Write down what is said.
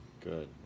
Good